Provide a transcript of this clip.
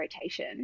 rotation